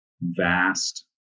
vast